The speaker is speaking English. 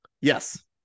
Yes